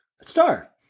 Star